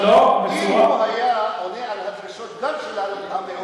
אבל אם הוא היה עונה על דרישות המיעוט,